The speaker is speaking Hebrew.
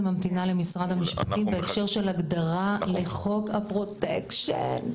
ממתינה למשרד המשפטים בהקשר של הגדרה לחוק הפרוטקשן.